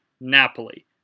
Napoli